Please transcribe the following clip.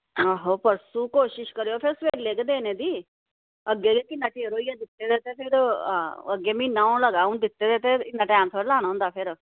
आहो परसों तुस कोशिश करेओ सबैले गै देने दी अग्गें गै किन्ना चिर होई गेआ दित्ते दे ते फिर हां अग्गें म्हीना होन लगा दित्ते दे ते इन्ना टैम थोह्ड़े लाना होंदा फिर